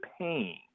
paying